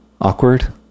awkward